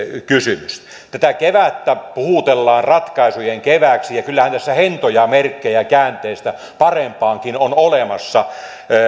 kysymys tätä kevättä puhutellaan ratkaisujen kevääksi ja kyllähän tässä hentoja merkkejä käänteestä parempaankin on olemassa